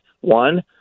One